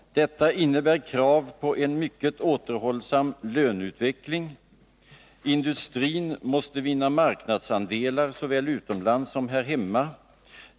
——-—- Detta innebär krav på en mycket återhållsam löneutveckling. Industrin måste vinna marknadsandelar såväl utomlands som här hemma —-—-—.